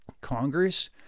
Congress